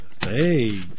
Hey